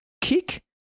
kick